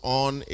on